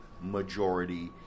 majority